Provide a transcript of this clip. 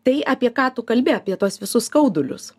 tai apie ką tu kalbi apie tuos visus skaudulius